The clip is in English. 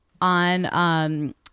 on